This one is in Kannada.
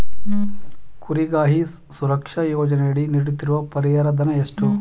ಕುರಿಗಾಹಿ ಸುರಕ್ಷಾ ಯೋಜನೆಯಡಿ ನೀಡುತ್ತಿರುವ ಪರಿಹಾರ ಧನ ಎಷ್ಟು?